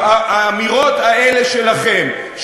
האמירות האלה שלכם,